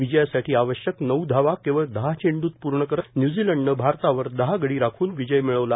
विजयासाठी आवश्यक नऊ धावा केवळ दहा चेंडूत पूर्ण करत न्यूझीलंडनं भारतावर दहा गडी राखून विजय मिळवला